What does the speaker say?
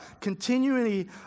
continually